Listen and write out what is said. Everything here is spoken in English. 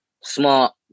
smart